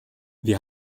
wir